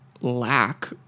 lack